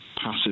passive